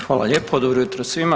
Hvala lijepo, dobro jutro svima.